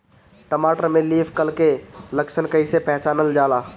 टमाटर में leaf curl के लक्षण कइसे पहचानल जाला?